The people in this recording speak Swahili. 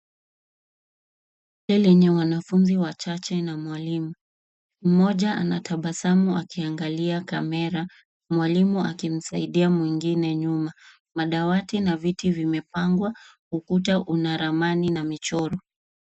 Darasa lenye wanafunzi wachache na mwalimu. Mmoja anatabasamu akiangalia kamera, mwalimu akimsaidia mwingine nyuma. Madawati na viti vimepangwa, ukuta una ramani na michoro.